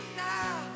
now